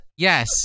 Yes